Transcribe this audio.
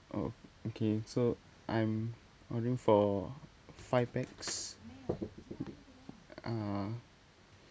oh oh okay so I'm ordering for five pax uh